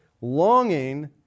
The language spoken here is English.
longing